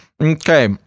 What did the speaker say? Okay